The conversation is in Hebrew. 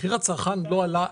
מחיר הצרכן לא עלה,